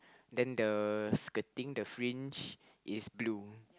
then the skirting the fringe is blue